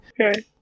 Okay